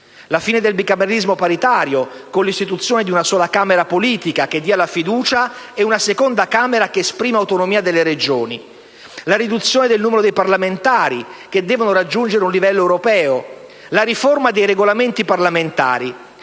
la fine del bicameralismo paritario, con l'istituzione di una sola Camera politica che dia la fiducia e una seconda Camera che esprime autonomia delle Regioni; la riduzione del numero dei parlamentari, che devono raggiungere un livello europeo; la riforma dei Regolamenti parlamentari.